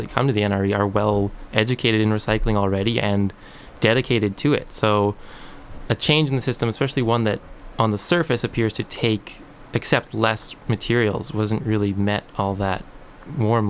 that come to the n r a are well educated in recycling already and dedicated to it so a change in the system especially one that on the surface appears to take accept less materials wasn't really met all that